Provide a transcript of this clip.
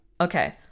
Okay